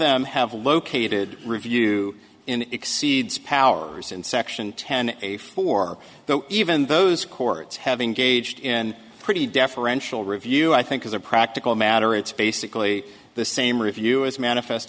them have located review in exceeds powers in section ten a for though even those courts have engaged in pretty deferential review i think as a practical matter it's basically the same review as manifest